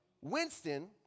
Winston